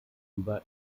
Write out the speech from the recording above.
über